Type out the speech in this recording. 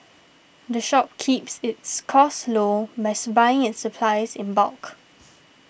the shop keeps its costs low by buying its supplies in bulk